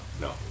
no